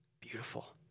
Beautiful